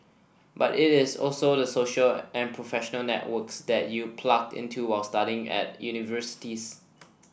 but it is also the social and professional networks that you plug into while studying at universities